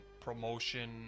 promotion